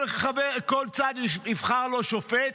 כל צד יבחר לו שופט,